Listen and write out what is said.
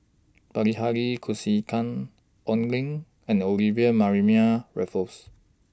Bilahari Kausikan Oi Lin and Olivia Mariamne Raffles